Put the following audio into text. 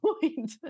point